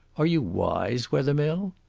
are you wise, wethermill?